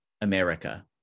America